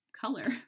color